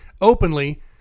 Openly